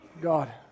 God